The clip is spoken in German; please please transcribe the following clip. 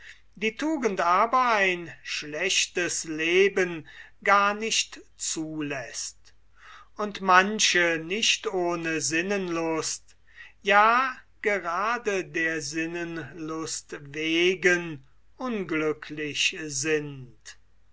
die tugend aber ein schlechtes leben gar nicht zuläßt und manche nicht ohne sinnenlust ja gerade der sinnenlust wegen unglücklich sind